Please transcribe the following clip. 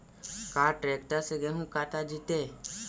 का ट्रैक्टर से गेहूं कटा जितै?